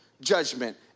judgment